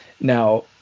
Now